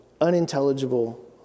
unintelligible